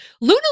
Luna